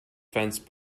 fence